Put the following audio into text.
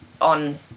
on